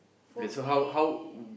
for me